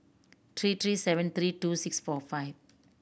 three three seven three two six four five